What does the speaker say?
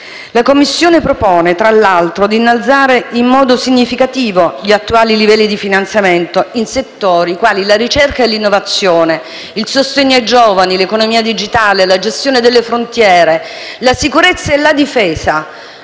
La Commissione propone, tra l'altro, di innalzare in modo significativo gli attuali livelli di finanziamento in settori quali la ricerca e l'innovazione, il sostegno ai giovani, l'economia digitale, la gestione delle frontiere, la sicurezza e la difesa,